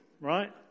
right